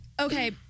okay